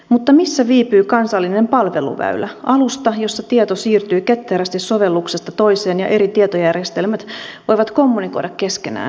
mutta missä viipyy kansallinen palveluväylä alusta jossa tieto siirtyy ketterästi sovelluksesta toiseen ja eri tietojärjestelmät voivat kommunikoida keskenään